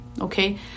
okay